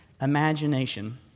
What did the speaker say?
imagination